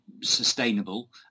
sustainable